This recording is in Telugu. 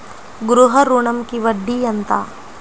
గృహ ఋణంకి వడ్డీ ఎంత?